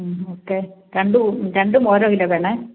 മ്മ് okay രണ്ടും രണ്ടും ഓരോ കിലോ വേണം